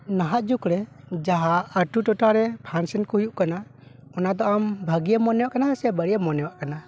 ᱱᱟᱦᱟᱜ ᱡᱩᱜᱽ ᱨᱮ ᱡᱟᱦᱟᱸ ᱟᱛᱳ ᱴᱚᱴᱷᱟᱨᱮ ᱯᱷᱟᱱᱥᱮᱱ ᱠᱚ ᱦᱩᱭᱩᱜ ᱠᱟᱱᱟ ᱚᱱᱟ ᱫᱚ ᱟᱢ ᱵᱷᱟ ᱜᱤ ᱢᱚᱱᱮᱭᱟᱜ ᱠᱟᱱᱟ ᱥᱮ ᱵᱟᱹᱲᱤᱡ ᱮᱢ ᱢᱚᱱᱮᱭᱟᱜ ᱠᱟᱱᱟ